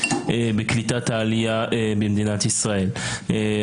בקליטת העלייה במדינת ישראל.